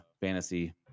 fantasy